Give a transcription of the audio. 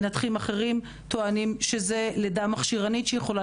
מנתחים אחרים טוענים שזו לידה מכשירנית שיכולה